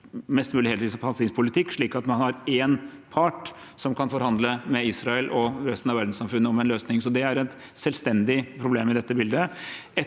helhetlig palestinsk politikk, slik at man har én part som kan forhandle med Israel og resten av verdenssamfunnet om en løsning. Det er et selvstendig problem i dette bildet.